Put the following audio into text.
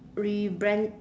rebrand